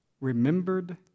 remembered